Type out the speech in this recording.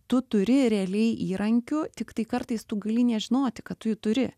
tu turi realiai įrankių tiktai kartais tu gali nežinoti kad tu jų turi